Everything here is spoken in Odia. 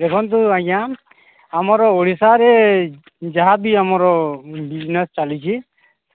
ଦେଖନ୍ତୁ ଆଜ୍ଞା ଆମର ଓଡ଼ିଶାରେ ଯାହା ବିି ଆମର ବିଜନେସ୍ ଚାଲିଛିି